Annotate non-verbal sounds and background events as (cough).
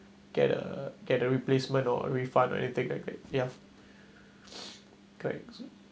get a get a replacement or refund when you take that grade ya (breath) correct